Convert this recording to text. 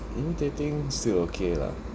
imitating still okay lah